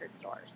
stores